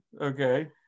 Okay